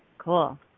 Cool